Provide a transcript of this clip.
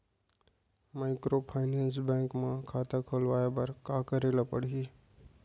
Microfinance bank म खाता खोलवाय बर का करे ल परही?